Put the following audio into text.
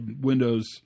windows